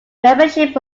membership